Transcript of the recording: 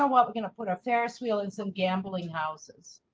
ah what, we're going to put a ferris wheel and some gambling houses?